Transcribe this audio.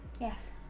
Yes